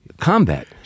combat